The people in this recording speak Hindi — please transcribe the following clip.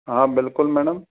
हाँ बिल्कुल मैडम